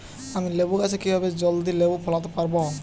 আমি লেবু গাছে কিভাবে জলদি লেবু ফলাতে পরাবো?